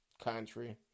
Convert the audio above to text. country